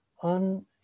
on